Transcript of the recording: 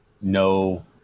no